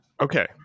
Okay